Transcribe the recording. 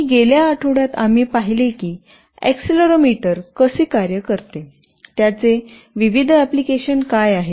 आणि गेल्या आठवड्यात आम्ही पाहिले की एक्सेलेरोमीटर कसे कार्य करते त्याचे विविध अप्लिकेशन काय आहेत